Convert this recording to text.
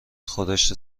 خورشت